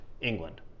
England